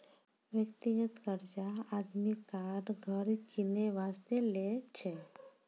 व्यक्तिगत कर्जा आदमी कार, घर किनै बासतें लै छै